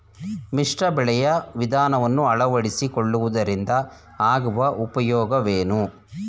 ಮಿಶ್ರ ಬೆಳೆಯ ವಿಧಾನವನ್ನು ಆಳವಡಿಸಿಕೊಳ್ಳುವುದರಿಂದ ಆಗುವ ಉಪಯೋಗವೇನು?